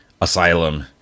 Asylum